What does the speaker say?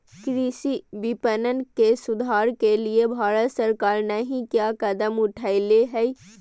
कृषि विपणन में सुधार के लिए भारत सरकार नहीं क्या कदम उठैले हैय?